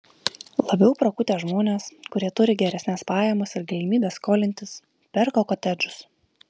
labiau prakutę žmonės kurie turi geresnes pajamas ir galimybes skolintis perka kotedžus